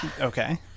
Okay